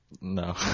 No